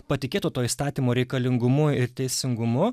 patikėtų to įstatymo reikalingumu ir teisingumu